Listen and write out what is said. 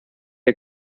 der